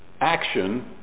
action